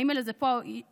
האימייל הזה פה איתי,